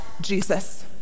Jesus